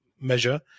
measure